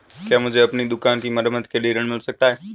क्या मुझे अपनी दुकान की मरम्मत के लिए ऋण मिल सकता है?